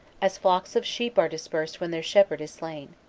as flocks of sheep are dispersed when their shepherd is slain.